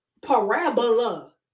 parabola